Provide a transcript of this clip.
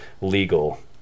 legal